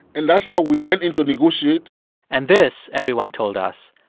and that's how we went in to negotiate and this, everyone told us,